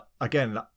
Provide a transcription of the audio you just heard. again